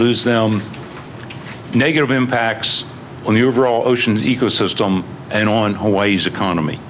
lose them negative impacts on the overall ocean ecosystem and on hawaii's economy